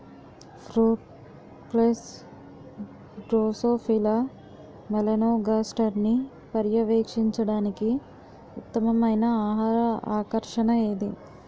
Fruit flies drosophila మెలనోగాస్టర్ని పర్యవేక్షించడానికి ఉత్తమమైన ఆహార ఆకర్షణ ఏది?